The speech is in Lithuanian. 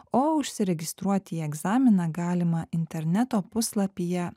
o užsiregistruoti į egzaminą galima interneto puslapyje